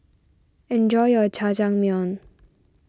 enjoy your Jajangmyeon